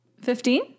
Fifteen